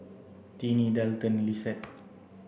Tinnie Dalton and Lissette